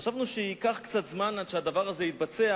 חשבנו שייקח קצת זמן עד שהדבר הזה יתבצע,